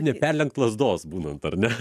neperlenk lazdos būnant ar ne